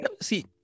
See